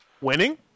Winning